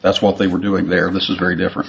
that's what they were doing there this is very different